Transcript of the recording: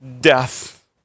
death